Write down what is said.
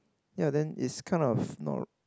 ya then it's kinda of not